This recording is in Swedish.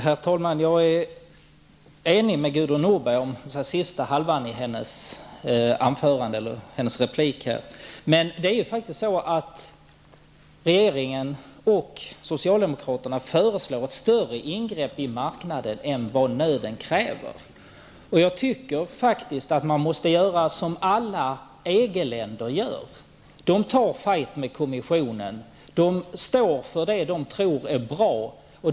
Herr talman! Jag är enig med Gudrun Norberg om den sista delen av hennes replik, men regeringen och socialdemokraterna föreslår ett större ingrepp i marknaden än vad nöden kräver. Jag tycker att Sverige måste göra som alla EG-länder gör. De tar en fight med kommissionen och står för det som de tror är bra.